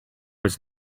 was